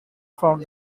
found